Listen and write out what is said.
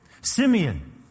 Simeon